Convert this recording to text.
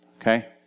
Okay